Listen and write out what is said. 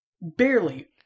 Barely